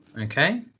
Okay